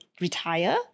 retire